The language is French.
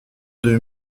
deux